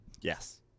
Yes